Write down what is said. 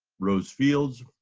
rose fields,